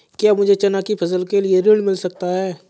क्या मुझे चना की फसल के लिए ऋण मिल सकता है?